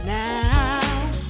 now